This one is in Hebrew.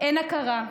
אין הכרה,